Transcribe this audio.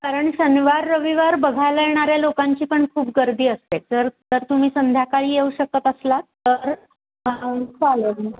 कारण शनिवार रविवार बघायला येणाऱ्या लोकांची पण खूप गर्दी असते जर जर तुम्ही संध्याकाळी येऊ शकत असलात तर चालेल